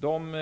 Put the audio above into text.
De